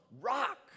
rock